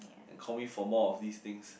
and call me for more of this things